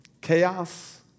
chaos